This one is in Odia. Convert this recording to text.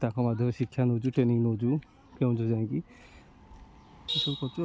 ତାଙ୍କ ମାଧ୍ୟମରେ ଶିକ୍ଷା ନଉଛୁ ଟ୍ରେନିଙ୍ଗ ନଉଛୁ ବି କେଉଁଝର ଯାଇଁକି ଏସବୁ କରଛୁ ଆଉ